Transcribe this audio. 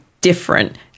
different